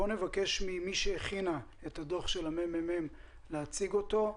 נבקש ממי שהכינה את הדוח של מרכז המחקר והמידע להציג אותו.